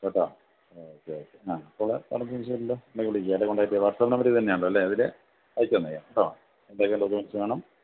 കേട്ടോ okay okay ആഹ് അപ്പോൾ വേറെ എന്തെങ്കിലും വിശേഷം ഇല്ലല്ലോ എന്തെങ്കിലുണ്ടെങ്കിൽ വിളിക്കുക എൻ്റെ കോൺടാക്ട് ചെയ്താൽ മതി വാട്സപ്പ് നമ്പർ ഇതു തന്നെയാണല്ലോ അല്ലെ ഇതിൽ അയച്ചു തന്നേക്കാം കേട്ടോ എന്തൊക്കെ ഡോക്യൂമെൻ്റസ് വേണം